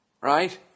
Right